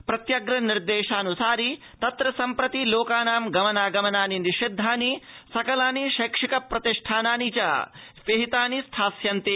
प्रत्यप्र निर्देशाऽनुसारि तत्र सम्प्रति लोकाना गमनागमनानि निषिद्धानि सकलानि शैक्षिक प्रतिष्ठानानि च पिहितानि स्थास्यन्ति